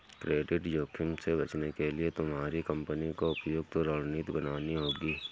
credit जोखिम से बचने के लिए तुम्हारी कंपनी को उपयुक्त रणनीति बनानी होगी